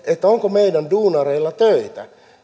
onko meidän duunareilla töitä